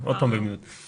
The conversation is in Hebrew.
כמובן את ייעוץ